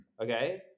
Okay